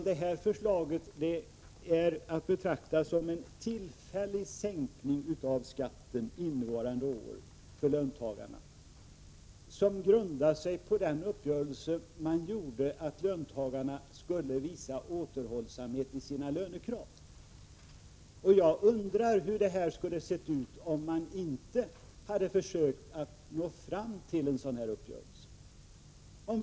Detta förslag är att betrakta som en tillfällig sänkning av skatten för löntagarna under innevarande år som grundar sig på den uppgörelse som träffats om att löntagarna skall visa återhållsamhet i sina lönekrav. Jag undrar hur det skulle ha sett ut om man inte hade försökt nå fram till en sådan här uppgörelse.